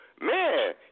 Man